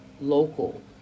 local